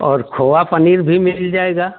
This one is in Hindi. और खोआ पनीर भी मिल जाएगा